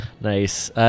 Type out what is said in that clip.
Nice